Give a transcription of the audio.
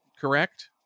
correct